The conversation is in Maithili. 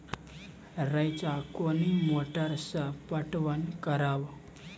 रेचा कोनी मोटर सऽ पटवन करव?